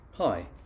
Hi